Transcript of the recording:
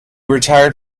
retired